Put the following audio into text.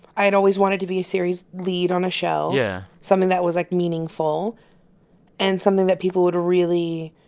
i had always wanted to be a serious lead on a show yeah something that was, like, meaningful and something that people would really,